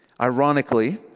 Ironically